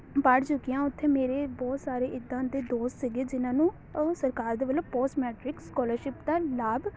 ਪੜ੍ਹ ਚੁੱਕੀ ਹਾਂ ਉੱਥੇ ਮੇਰੇ ਬਹੁਤ ਸਾਰੇ ਇੱਦਾਂ ਦੇ ਦੋਸਤ ਸੀਗੇ ਜਿਨ੍ਹਾਂ ਨੂੰ ਉਹ ਸਰਕਾਰ ਦੇ ਵੱਲੋਂ ਪੋਸਟ ਮੈਟ੍ਰਿਕ ਸਕੋਲਰਸ਼ਿਪ ਦਾ ਲਾਭ